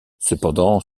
cependant